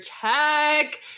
check